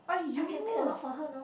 I can take a lot for her